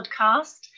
podcast